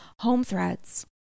HomeThreads